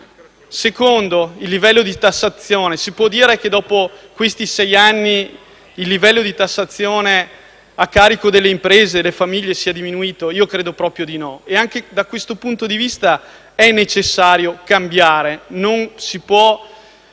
opportunità. Si può inoltre dire che dopo questi sei anni il livello di tassazione a carico delle imprese e delle famiglie sia diminuito? Io credo proprio di no e anche da questo punto di vista è necessario cambiare,